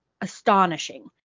astonishing